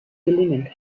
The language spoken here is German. gelingen